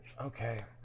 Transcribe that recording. Okay